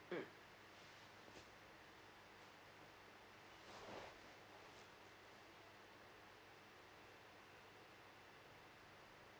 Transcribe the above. mm